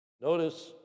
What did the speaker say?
Notice